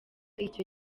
icyo